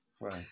right